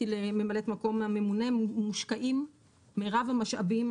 לממלאת מקום הממונה מושקעים מירב המשאבים